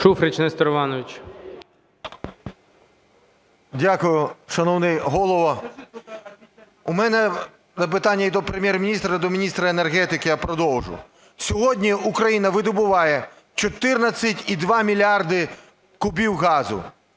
ШУФРИЧ Н.І. Дякую, шановний Голово. У мене запитання і до Прем'єр-міністра, і до міністра енергетики, я продовжу. Сьогодні Україна видобуває 14,2 мільярда кубів газу